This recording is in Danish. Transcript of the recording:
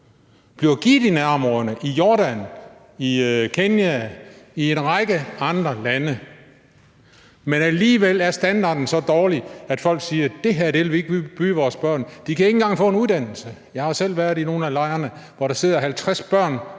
bliver givet i Jordan, i Kenya, i en række andre lande. Men alligevel er standarden så dårlig, at folk siger: Det her vil vi ikke byde vores børn. De kan ikke engang få en uddannelse. Jeg har selv været i nogle af lejrene, hvor der sidder 50 børn